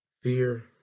Fear